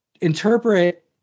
interpret